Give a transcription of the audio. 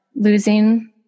losing